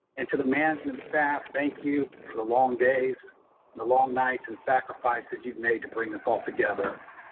and to the management staff, thank you for the long days and the long nights and sacrifices you've made to bring this all together.